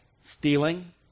stealing